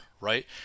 right